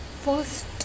first